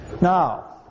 Now